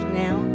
now